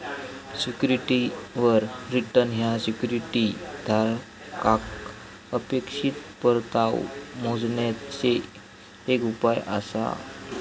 सिक्युरिटीवर रिटर्न ह्या सिक्युरिटी धारकाक अपेक्षित परतावो मोजण्याचे एक उपाय आसा